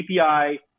API